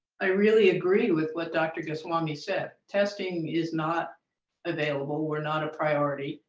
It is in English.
i really agree with what dr. goswami said. testing is not available. we're not a priority.